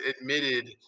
admitted